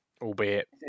albeit